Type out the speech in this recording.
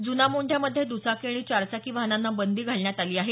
जुना मोंढ्यामध्ये दुचाकी आणि चारचाकी वाहनांना बंदी घालण्यात आली आहे